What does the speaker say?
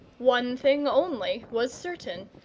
one thing only was certain,